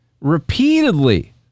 repeatedly